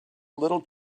little